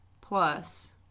plus